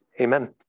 Amen